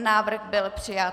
Návrh byl přijat.